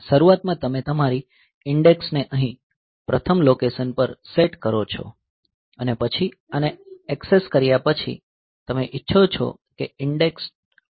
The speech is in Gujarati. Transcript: શરૂઆતમાં તમે તમારી ઇન્ડેક્સ ને અહીં પ્રથમ લોકેશન પર સેટ કરો છો અને પછી આને એક્સેસ કર્યા પછી તમે ઇચ્છો છો કે ઇન્ડેક્સ ઓટો ઇન્ક્રીમેંટ થવો જોઈએ